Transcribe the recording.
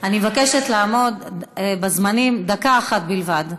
אני מבקשת לעמוד בזמנים, דקה אחת בלבד.